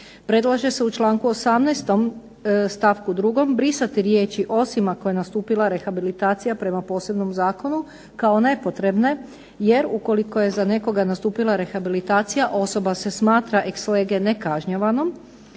Predlaže se u članku 18. stavku 2. brisati riječi: "osim ako je nastupila rehabilitacija prema posebnom zakonu" kao nepotrebne jer ukoliko je za nekoga nastupila rehabilitacija osoba se smatra ex lege nekažnjavanom.